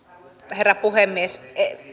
herra puhemies